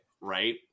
right